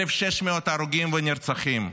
1,600 הרוגים ונרצחים,